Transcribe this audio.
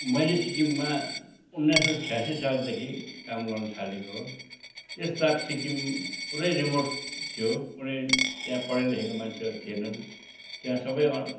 मैले सिक्किममा उन्नाइस सय छ्यासी सालदेखि काम गर्न थालेको हो त्यसताक सिक्किम पुरै रिमोट थियो कुनै त्यहाँ पढेलेखेका मान्छेहरू थिएनन् त्यहाँ सबै अन